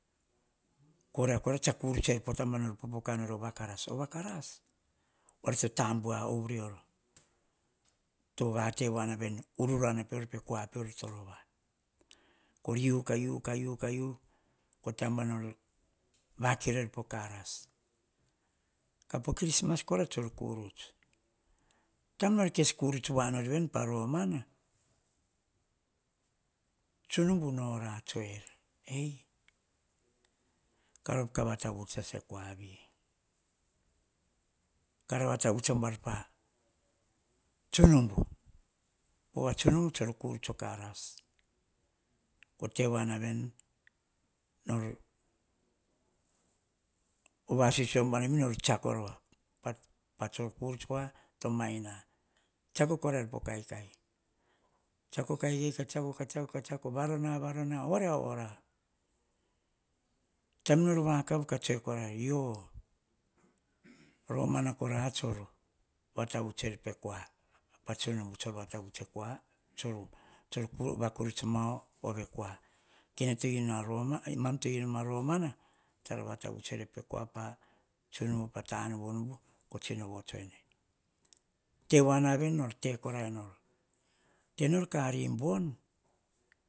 Koria kora tsa kuruts er po tamba no popoka nor a va karasa va karas oria tsa tambu a ov rior to vate wa nor nan ururuana po kua pior tsa rova. Kor yiu, ka yiu, ka yiu, ka yiu po tamba ror vakero korai po karus, po christmas kora tsa kuruts, taim nor kes kuruts nor ven pa romana tsunumbu no ora tsue ere, ei kaia op ka vata vuts sa e kua vi, ka ra vatavuts sa buar pa tsunumbu, po wa tsunumbu tson kurats or karas tevanaveni oh vasisio buanavi nor tsiako rova pastor kuruts voa to maina. Tsiako korair po kaikai tsiako kaikai, katsiako, tsiako, tsiako, varona, varona oria oit ora taim nor vakav katsue korain, yo, romana kora tsor vatavuts er pekua patsunumbu tsor vatavuts e kua tsor vakuruts mo ove kua kemam to yunoma romana tsara vatavuts ere pe kua pa tsunumbu pa ta numbunumbu kotsino votsuene tevanaveni no tekorairoan nor tenor kari bon